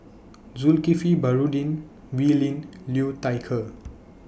Zulkifli Baharudin Wee Lin Liu Thai Ker